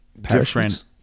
different